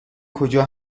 کجا